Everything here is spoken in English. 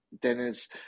Dennis